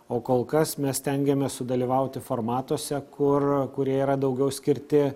o kol kas mes stengiamės sudalyvauti formatuose kur kurie yra daugiau skirti